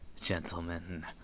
gentlemen